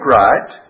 right